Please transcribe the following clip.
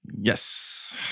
Yes